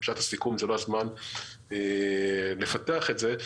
עכשיו הסיכום, זה לא הזמן לפתח את זה.